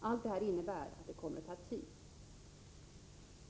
Allt det här innebär att det hela tar tid.